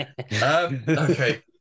Okay